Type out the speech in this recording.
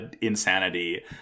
insanity